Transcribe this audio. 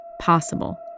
possible